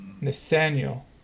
Nathaniel